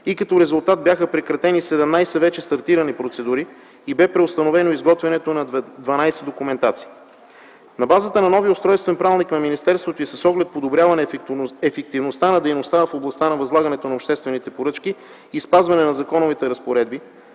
и като резултат бяха прекратени 17 вече стартирали процедури и бе преустановено изготвянето на 12 документации. На базата на новия Устройствен правилник на министерството и с оглед подобряване на ефективността на дейността в областта на възлагането на обществените поръчки и спазване на законовите разпоредби,